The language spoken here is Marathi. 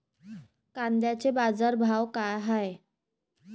कांद्याचे बाजार भाव का हाये?